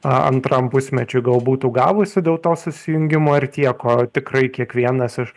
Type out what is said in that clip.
antram pusmečiui gal būtų gavusi dėl to susijungimo ir tiek o tikrai kiekvienas iš